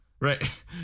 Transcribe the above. right